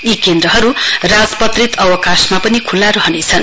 यी केन्द्रहरू राजपत्रित अवकाशमा पनि खुल्ला रहनेछन्